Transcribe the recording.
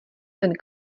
ten